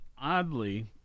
oddly